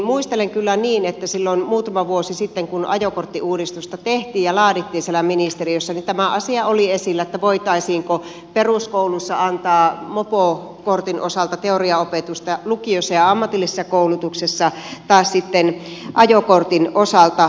muistelen kyllä niin että silloin muutama vuosi sitten kun ajokorttiuudistusta tehtiin ja laadittiin siellä ministeriössä tämä asia oli esillä voitaisiinko peruskouluissa antaa mopokortin osalta teoriaopetusta ja lukiossa ja ammatillisessa koulussa taas sitten ajokortin osalta